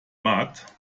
markt